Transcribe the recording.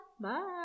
Bye